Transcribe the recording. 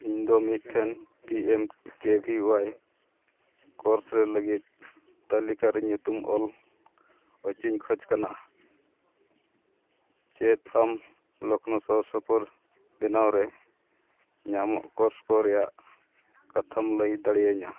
ᱤᱧᱫᱚ ᱢᱤᱫᱴᱮᱱ P M ᱠᱮ ᱵᱷᱤ ᱚᱣᱟᱭ ᱠᱳᱨᱥ ᱨᱮ ᱞᱟᱹᱜᱤᱫ ᱛᱟᱹᱞᱤᱠᱟ ᱨᱮ ᱧᱩᱛᱩᱢ ᱚᱞ ᱦᱚᱪᱚᱧ ᱠᱷᱚᱡᱽ ᱠᱟᱱᱟ ᱪᱮᱫ ᱟᱢ ᱞᱚᱠᱷᱱᱳ ᱥᱩᱨ ᱥᱩᱯᱩᱨ ᱵᱮᱱᱟᱣ ᱨᱮ ᱧᱟᱢᱚᱜ ᱠᱳᱨᱥ ᱠᱚ ᱨᱮᱭᱟᱜ ᱠᱟᱛᱷᱟᱢ ᱞᱟᱹᱭ ᱫᱟᱲᱮᱭᱟᱹᱧᱟᱹ